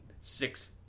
six